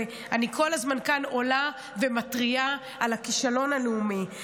אני כל הזמן עולה כאן ומתריעה על הכישלון הלאומי.